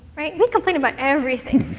right? we complain about everything,